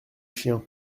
chien